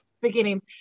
Beginning